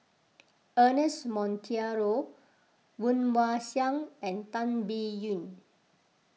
Ernest Monteiro Woon Wah Siang and Tan Biyun